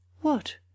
What